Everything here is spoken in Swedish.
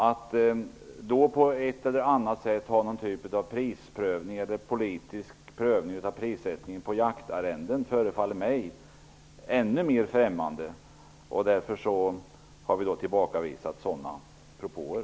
Att då på ett eller annat sätt ha någon typ av prisprövning eller politisk prövning av prissättningen på jaktarrenden förefaller mig ännu mer främmande. Därför har vi tillbakavisat sådana propåer.